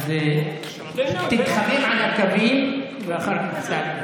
אז תתחמם על הקווים ואחר כך.